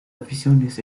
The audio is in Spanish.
aficiones